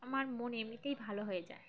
আমার মন এমনিতেই ভালো হয়ে যায়